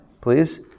please